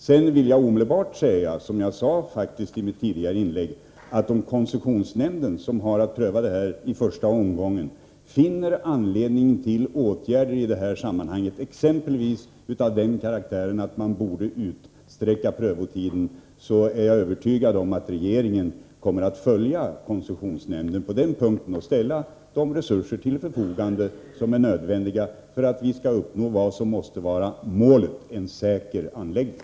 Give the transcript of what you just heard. Sedan vill jag omedelbart säga — som jag sade i ett tidigare inlägg — att om koncessionsnämnden, som har att pröva denna fråga i första omgången, finner anledning till åtgärder, exempelvis av den karaktären att prövotiden borde utsträckas, då är jag övertygad om att regeringen kommer att följa koncessionsnämnden på den punkten och ställa de resurser till förfogande som är nödvändiga för att vi skall nå vad som måste vara målet: en säker anläggning.